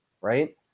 right